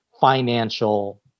financial